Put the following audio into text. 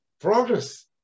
Progress